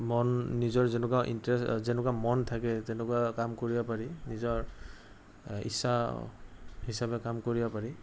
মন নিজৰ যেনেকুৱা ইণ্টাৰেষ্ট যেনেকুৱা মন থাকে যেনেকুৱা কাম কৰিব পাৰি নিজৰ ইচ্ছা হিচাপে কাম কৰিব পাৰি